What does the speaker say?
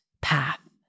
path